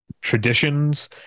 traditions